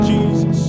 Jesus